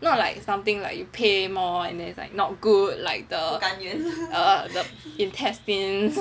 not like something like you pay more and is like not good like the err intestines